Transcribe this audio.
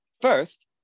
First